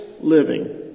living